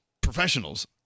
professionals